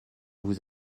vous